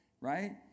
right